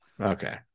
okay